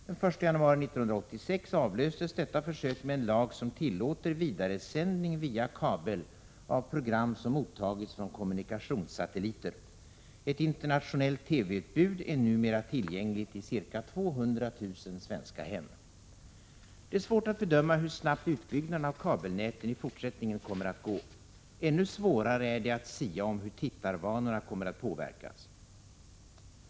Den 1 januari 1986 avlöstes detta försök med en lag som tillåter vidaresändning via kabel av program som mottagits från kommunikationssatelliter. Ett internationellt TV-utbud är numera tillgängligt i ca 200 000 svenska hem. Det är svårt att bedöma hur snabbt utbyggnaden av kabelnäten kommer att gå i fortsättningen. Ännu svårare är det att sia om hur tittarvanorna kommer att påverkas.